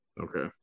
Okay